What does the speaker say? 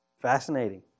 Fascinating